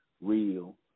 real